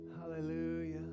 Hallelujah